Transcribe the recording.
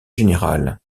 général